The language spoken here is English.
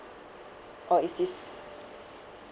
or is this